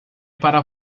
para